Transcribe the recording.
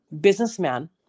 Businessman